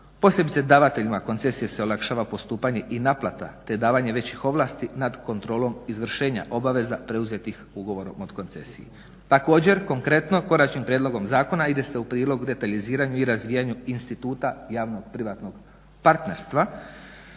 posebice davateljima koncesije se olakšava postupanje i naplata te davanje većih ovlasti nad kontrolom izvršenja obaveza preuzetih ugovorom od koncesije. Također, konkretno konačnim prijedlogom zakona ide se u prilog detaljiziranju i razvijanju instituta javno-privatnog partnerstva